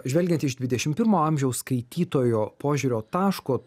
žvelgiant iš dvidešimt pirmo amžiaus skaitytojo požiūrio taško